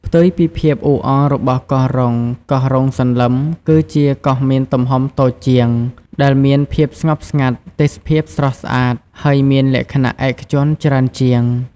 ផ្ទុយពីភាពអ៊ូអររបស់កោះរ៉ុង កោះរ៉ុងសន្លឹម គឺជាកោះមានទំហំតូចជាង ដែលមានភាពស្ងប់ស្ងាត់ ទេសភាពស្រស់ស្អាត ហើយមានលក្ខណៈឯកជនច្រើនជាង។